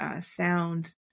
sound